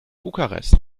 bukarest